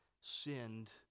sinned